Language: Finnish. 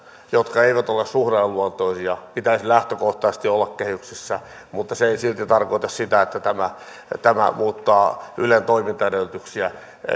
jotka eivät ole suhdanneluontoisia pitäisi lähtökohtaisesti olla kehyksissä mutta se ei silti tarkoita sitä että tämä muuttaa ylen toimintaedellytyksiä